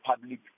public